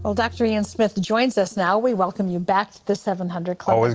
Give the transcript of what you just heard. um dr. ian smith joins us now. we welcome you back to the seven hundred club. always